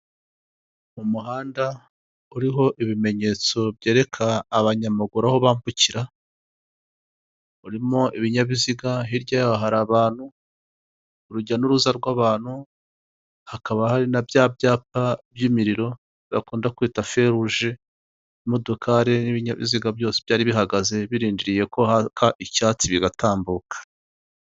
Mu muhanda uriho ibimenyetso byereka abanyamaguru aho bambukira, urimo ibinyabiziga hirya yaho hari abantu, urujya n'uruza rw'abantu. Hakaba hari na bya byapa by'imiriro bakunda kwita feruje. Imodokari n'ibinyabiziga byose byari bihagaze birindiriye ko haka icyatsi bigatambuka.